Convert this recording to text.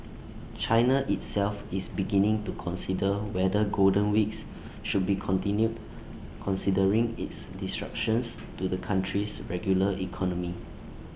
China itself is beginning to consider whether golden weeks should be continued considering its disruptions to the country's regular economy